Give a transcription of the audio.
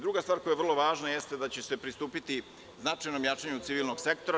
Druga stvar koja je vrlo važna, jeste da će se pristupiti značajnom jačanju civilnog sektora.